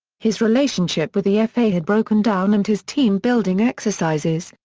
his relationship with the fa had broken down and his team-building exercises,